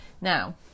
Now